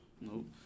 Nope